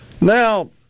Now